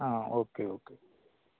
आं okay okay